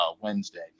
Wednesday